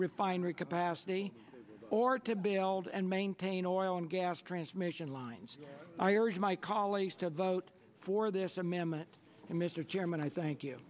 refinery capacity or to build and maintain oil and gas transmission lines i urge my colleagues to vote for this amendment and mr chairman i thank you